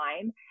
time